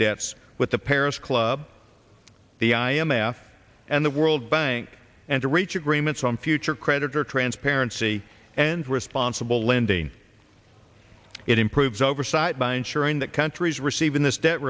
debts with the paris club the i m f and the world bank and to reach agreements on future creditor transparency and responsible lending it improves oversight by ensuring that countries receive in this debt